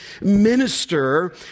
minister